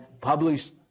published